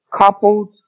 coupled